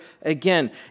again